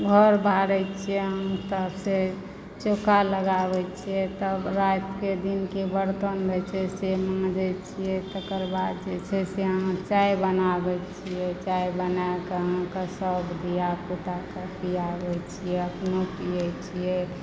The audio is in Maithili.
घर बहारै छियै अहाँ तब से चौका लगाबै छियै तब राति के दिन के बर्तन रहै छै से माँजै छियै तकर बाद जे छै से चाय बनाबैत छियै चाय बनाकऽ अहाँके सभ धिया पुताके पियाबै छियै अपनो पियै छियै